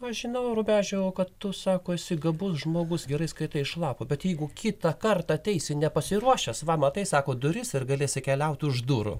aš žinau rubežiau kad tu sako esi gabus žmogus gerai skaitai iš lapų bet jeigu kitą kartą ateisi nepasiruošęs va matai sako duris ir galėsi keliauti už durų